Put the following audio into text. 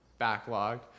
backlogged